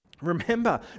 Remember